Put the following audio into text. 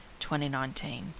2019